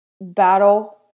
battle